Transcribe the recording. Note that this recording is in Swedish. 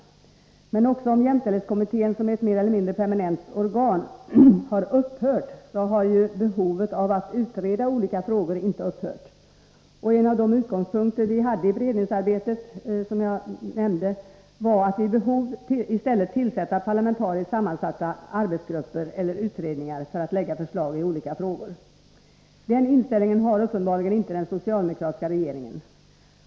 Men även om jämställdhetskommittén har upphört som ett mer eller mindre permanent organ, så har ju behovet av att utreda olika frågor inte upphört. En av utgångspunkterna för det beredningsarbete jag tidigare redovisat var att vid behov i stället tillsätta parlamentariskt sammansatta arbetsgrupper eller utredningar, som skulle kunna lägga fram förslag i olika frågor. Den inställningen har uppenbarligen inte den socialdemokratiska regeringen.